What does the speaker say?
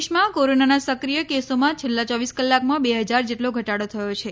દેશમાં કોરોનાનાં સક્રિય કેસોમાં છેલ્લા ચોવીસ કલાકમાં બે હજાર જેટલો ઘટાડો થયો છે